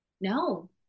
No